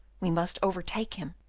we must overtake him!